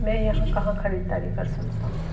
मैं यहाँ कहाँ खरीदारी कर सकता हूँ